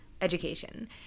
education